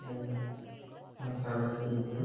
and masala సరుకులు